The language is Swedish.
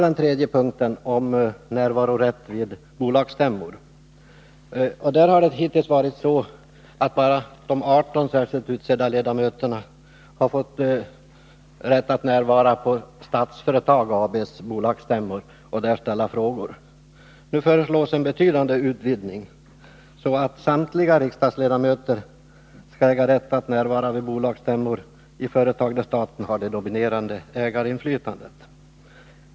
Den tredje punkten gäller närvarorätten vid bolagsstämmor. Hittills har det varit så, att endast de 18 särskilt utsedda riksdagsledamöterna har haft rätt att närvara vid Statsföretag AB:s bolagsstämmor och där ställa frågor. Nu föreslås en betydande utvidgning. Samtliga riksdagsledamöter föreslås få rätt att delta vid bolagsstämmor i företag där staten har det dominerande ägarinflytandet.